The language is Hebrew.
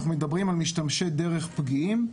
אנחנו מדברים על משתמשי דרך פגיעים.